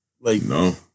No